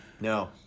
no